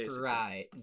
Right